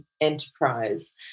enterprise